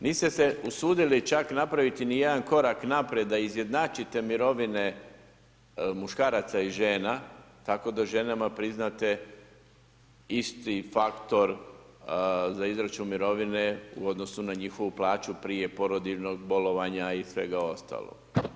Niste se usudili čak napraviti ni jedan korak naprijed da izjednačite mirovine muškaraca i žena tako da ženama priznate isti faktor za izračun mirovine u odnosu na njihovu plaću prije porodiljnog, bolovanja i svega ostalog.